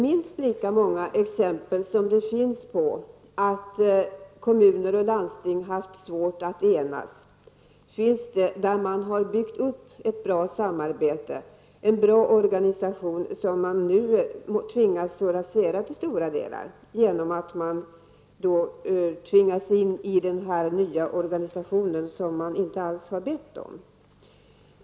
Minst lika många exempel som det finns på att kommuner och landsting haft svårt att enas finns på att man har byggt upp ett bra samarbete, en bra organisation som man nu tvingas rasera till stora delar genom att man tvingas in i den nya organisationen, som man inte alls har bett om.